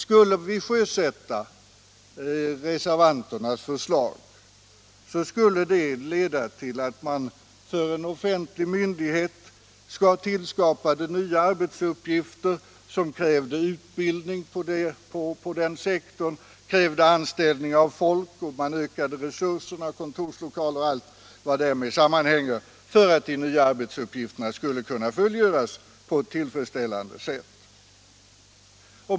Skulle vi ”sjösätta” reservanternas förslag skulle det leda till att man för en offentlig myndighet fick tillskapa nya arbetsuppgifter som kräver utbildning på den sektorn, kräver anställning av folk, ökade resurser, större kontorslokaler och allt vad därmed sammanhänger för att de nya arbetsuppgifterna skulle kunna fullgöras på ett tillfredsställande sätt.